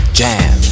jam